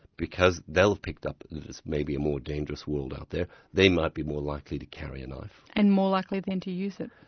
because they'll have picked up that this may be a more dangerous world out there, they might be more likely to carry a knife. and more likely then to use it?